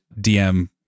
DM